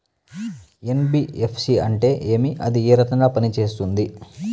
NBFC అంటే ఏమి అది ఏ రకంగా పనిసేస్తుంది